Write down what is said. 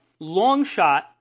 Longshot